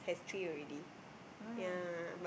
has three already yeah